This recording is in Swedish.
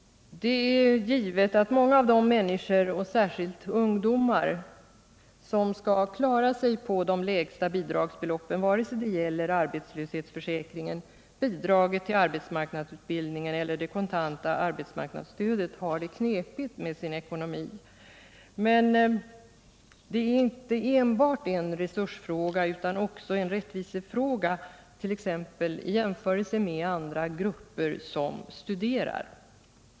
Det är givet att många av de människor och särskilt ungdomar som skall klara sig på de lägsta bidragsbeloppen vare sig det gäller arbetslöshetsförsäkringen, bidraget till arbetsmarknadsutbildningen eller det kontanta arbetsmarknadsstödet har det knepigt med sin ekonomi. Men det är inte enbart en resursfråga utan också en rättvisefråga, t.ex. i jämförelse med andra grupper som studerar.